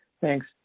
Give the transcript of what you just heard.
Thanks